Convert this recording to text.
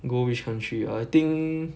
go which country I think